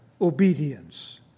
obedience